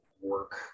work